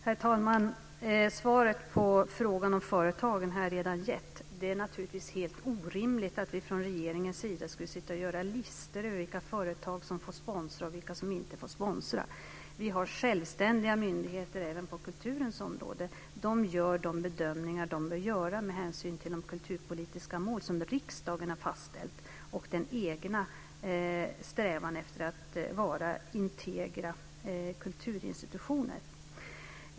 Herr talman! Svaret på frågan om företagen har jag redan gett. Det är naturligtvis helt orimligt att vi i regeringen skulle sitta och göra listor över vilka företag som får sponsra och vilka som inte får sponsra. Vi har självständiga myndigheter även på kulturens område. De gör de bedömningar de bör göra med hänsyn till de kulturpolitiska mål som riksdagen har fastställt och den egna strävan efter att vara integra kulturinstitutioner.